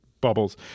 bubbles